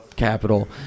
capital